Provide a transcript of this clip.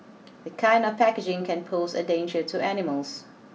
this kind of packaging can pose a danger to animals